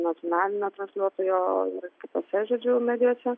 nacionalinio transliuotojo ir kitose žodžiu medijose